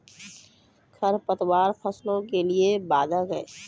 खडपतवार फसलों के लिए बाधक हैं?